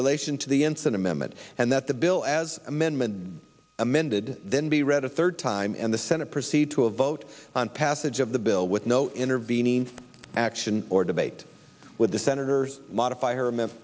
relation to the ensign amendment and that the bill as amendment amended then be read a third time in the senate proceed to a vote on passage of the bill with no intervening action or debate with the senators modifier m